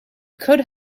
could